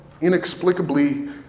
inexplicably